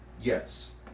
Yes